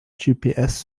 gps